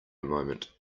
moment